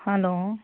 hello